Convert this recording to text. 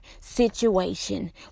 situation